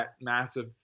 massive